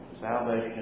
Salvation